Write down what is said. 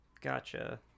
Gotcha